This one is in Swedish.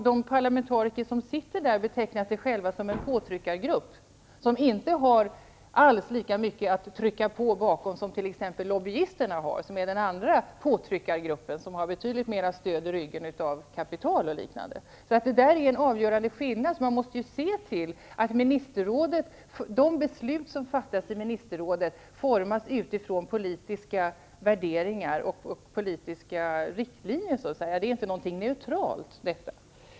De parlamentariker som är ledamöter av EG-parlamentet betecknar sig själva som en påtryckargrupp, men den har inte alls lika mycket att sätta bakom som t.ex. lobbyisterna har, vilka utgör den andra påtryckargruppen med betydligt större stöd i ryggen av kapital och liknande. Detta är en avgörande skillnad. Man måste beakta att de beslut som fattas i ministerrådet utformas utifrån politiska värderingar och riktlinjer. Ministerrådet är inte någonting som är neutralt.